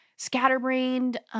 Scatterbrained